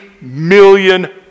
million